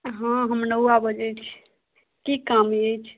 हँ हम नौआ बजय छी की काम अछि